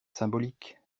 symbolique